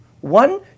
One